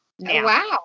Wow